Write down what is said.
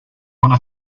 wanna